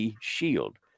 shield